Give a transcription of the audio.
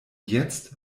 jetzt